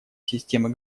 системы